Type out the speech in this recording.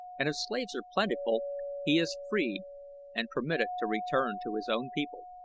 and if slaves are plentiful he is freed and permitted to return to his own people.